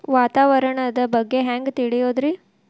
ವಾತಾವರಣದ ಬಗ್ಗೆ ಹ್ಯಾಂಗ್ ತಿಳಿಯೋದ್ರಿ?